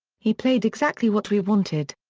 he played exactly what we wanted.